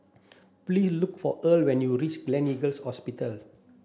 please look for Earl when you reach Gleneagles Hospital